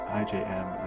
ijm